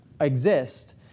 exist